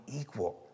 equal